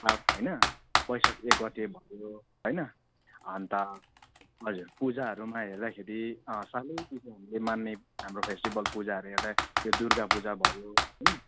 वैशाख होइन वैशाख एक गते भयो होइन अन्त हजुर पूजाहरूमा हेर्दाखेरि अँ सालैपिछे हामीले मान्ने हाम्रो फेस्टिवल पूजाहरू हेर्दा यो दुर्गा पूजा भयो होइन